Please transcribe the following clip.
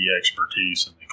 expertise